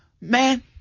man